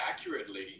accurately